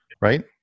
right